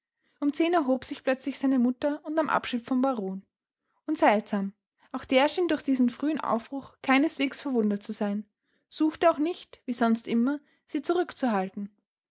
um zehn erhob sich plötzlich seine mutter und nahm abschied vom baron und seltsam auch der schien durch diesen frühen aufbruch keineswegs verwundert zu sein suchte auch nicht wie sonst immer sie zurückzuhalten